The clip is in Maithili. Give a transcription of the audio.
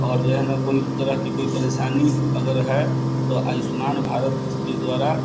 आओर वएह नहि कोइ तरहके कोइ परेशानी अगर हय तऽ आयुष्मान भारतके द्वारा